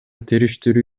териштирүү